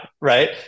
right